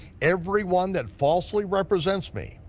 everyone that falsely represents me,